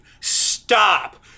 Stop